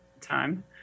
time